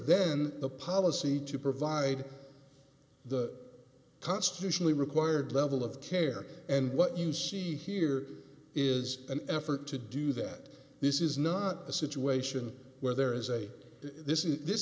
than the policy to provide the constitutionally required level of care and what you see here is an effort to do that this is not a situation where there is a this is this